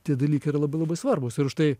tie dalykai yra labai labai svarbūs ir už tai